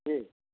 जी